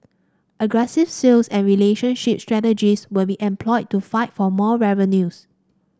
aggressive sales and relationship strategies will be employed to fight for more revenues